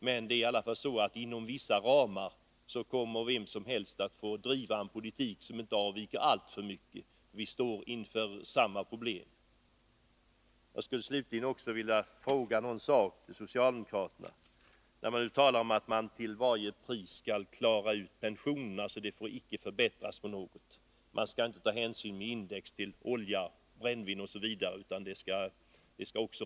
Men i vissa avseenden måste vem som helst driva en likartad politik — problemen vi står inför är desamma. Jag skulle slutligen vilja ställa en fråga till socialdemokraterna. De talar om att de till varje pris skall klara pensionerna — de får icke försämras på något sätt, och man skall också ta med olja, brännvin osv. vid indexberäkningen.